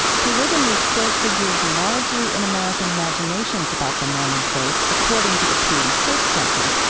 polygamy still figures largely in american imaginations about the mormon faith, according to the pew research center,